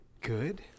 good